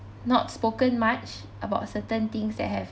not spoken much about certain things that have